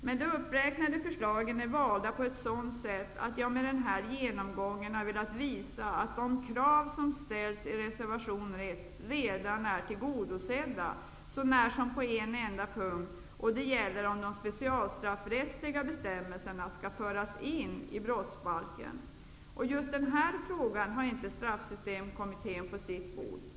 Men de uppräknade förslagen är valda på ett sådant sätt att jag med den här genomgången velat visa att de krav som ställs i reservation 1 redan är tillgodosedda så när som på en enda punkt. Det gäller om de specialstraffsrättsliga bestämmelserna skall föras in i brottsbalken. Just den här frågan har inte Straffsystemkommittén på sitt bord.